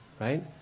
right